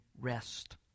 rest